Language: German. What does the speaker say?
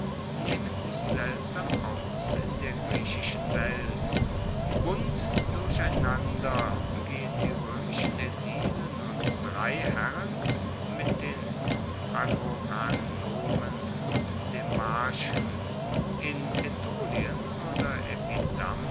nehmen sich seltsam aus in der griechischen welt bunt durcheinander gehen die roemischen aedilen und dreiherren mit den agoranomen und demarchen in aetolien oder